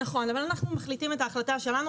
נכון, אבל אנחנו מחליטים את ההחלטה שלנו.